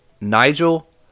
Nigel